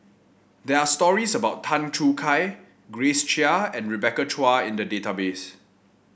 there are stories about Tan Choo Kai Grace Chia and Rebecca Chua in the database